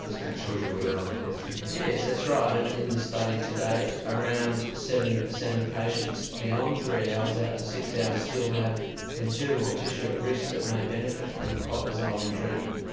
this kind of shows you whether or not it's worth treating? yes, that's right. and in the study to date around seventy percent of patients beyond three hours out to six hours still have considerable tissue and risk that may benefit from clot dissolving treatment.